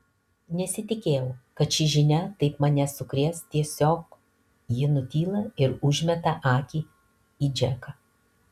nesitikėjau kad ši žinia taip mane sukrės tiesiog ji nutyla ir užmeta akį į džeką